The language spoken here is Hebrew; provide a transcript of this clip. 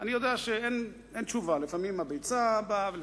אבל אני יודע שאין תשובה, לפעמים הביצה באה קודם,